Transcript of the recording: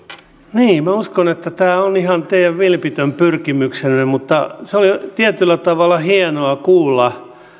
niin minä uskon että tämä on ihan teidän vilpitön pyrkimyksenne mutta se oli tietyllä tavalla hienoa kuulla